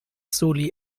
soli